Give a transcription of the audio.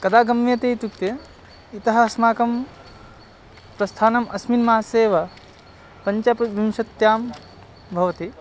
कदा गम्यते इत्युक्ते इतः अस्माकं प्रस्थानम् अस्मिन् मासे एव पञ्चविंशत्यां भवति